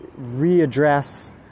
readdress